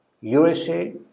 USA